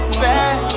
back